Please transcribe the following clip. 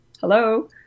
Hello